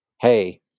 hey